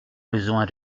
besoin